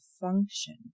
function